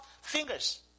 fingers